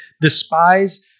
despise